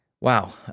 Wow